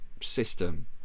system